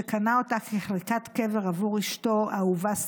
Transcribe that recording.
שקנה אותה כחלקת קבר עבור אשתו האהובה שרה,